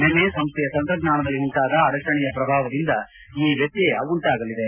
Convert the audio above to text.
ನಿನ್ನೆ ಸಂಸ್ಥೆಯ ತಂತ್ರಜ್ಞಾನದಲ್ಲಿ ಉಂಟಾದ ಅಡಚಣೆಯ ಪ್ರಭಾವದಿಂದಾಗಿ ಈ ವ್ಯತ್ಯಯ ಉಂಟಾಗಲಿದೆ